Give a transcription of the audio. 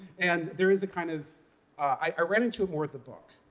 and there is a kind of i ran into it more with the book.